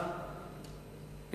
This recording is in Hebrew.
הרווחה והבריאות.